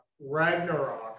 Ragnarok